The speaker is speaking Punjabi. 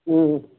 ਹਮ